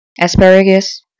asparagus